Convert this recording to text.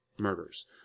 Murders